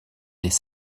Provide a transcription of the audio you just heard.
des